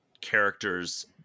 characters